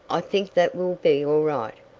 i think that will be all right,